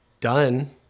done